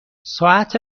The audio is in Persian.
ساعت